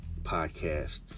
podcast